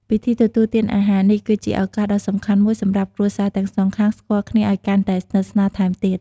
ពិធីទទួលទានអាហារនេះ គឺជាឱកាសដ៏សំខាន់មួយសម្រាប់គ្រួសារទាំងសងខាង ស្គាល់គ្នាឲ្យកាន់តែស្និទ្ធស្នាលថែមទៀត។